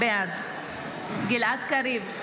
בעד גלעד קריב,